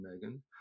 megan